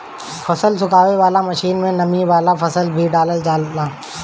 फसल सुखावे वाला मशीन में नमी वाला फसल ही डालल जाला